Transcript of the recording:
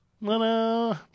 no